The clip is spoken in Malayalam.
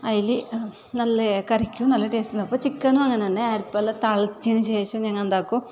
അതിൽ നല്ല കറിക്ക് നല്ല ടേസ്റ്റുണ്ടാവും അപ്പം ചിക്കന് അങ്ങനെ തന്നെ അതുപോലെ തളിച്ചതിന് ശേഷം ഞങ്ങൾ എന്താക്കും